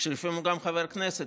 שלפעמים הוא גם חבר כנסת,